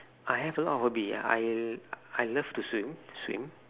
I have a lot of hobby I I I love to swim swim